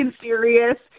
serious